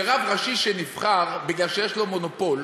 רב ראשי שנבחר כי יש לו מונופול,